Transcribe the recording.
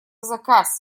заказ